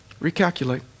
recalculate